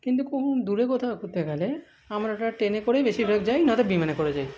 কিন্তু কখন দূরে কোথাও ঘুরতে গেলে আমরাটা ট্রেনে করেই বেশিরভাগ যাই নয়তো বিমানে করে যাই